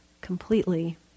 completely